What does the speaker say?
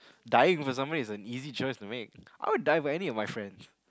dying for somebody is an easy choice to make I'd die for any of my friends